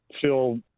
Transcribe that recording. feel